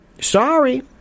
Sorry